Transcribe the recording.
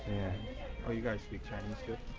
ah you guys speak chinese too?